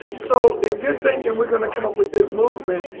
so if you're thinking we're going to come up with this movement,